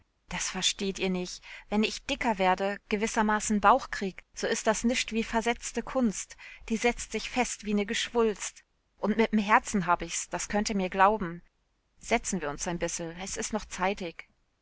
das versteht ihr nich wenn ich dicker werde gewissermaßen n bauch krieg so is das nischt wie versetzte kunst die setzt sich fest wie ne geschwulst und mit'm herzen hab ich's das könnt ihr mir glauben setz'n wir uns ein bissel es is noch zeitig